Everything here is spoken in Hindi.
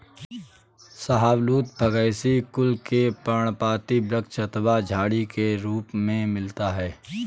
शाहबलूत फैगेसी कुल के पर्णपाती वृक्ष अथवा झाड़ी के रूप में मिलता है